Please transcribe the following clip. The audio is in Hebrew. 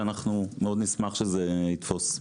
ואנחנו מאוד נשמח שזה יתפוס.